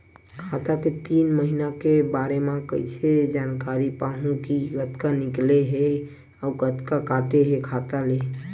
खाता के तीन महिना के बारे मा कइसे जानकारी पाहूं कि कतका निकले हे अउ कतका काटे हे खाता ले?